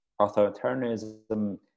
authoritarianism